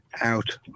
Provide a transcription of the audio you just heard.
out